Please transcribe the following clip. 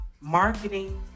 Marketing